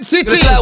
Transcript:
City